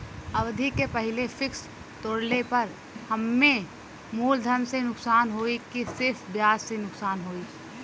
अवधि के पहिले फिक्स तोड़ले पर हम्मे मुलधन से नुकसान होयी की सिर्फ ब्याज से नुकसान होयी?